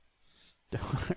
star